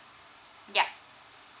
yeah